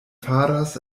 faras